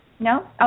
No